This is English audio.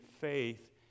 faith